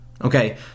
Okay